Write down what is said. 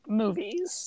movies